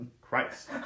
Christ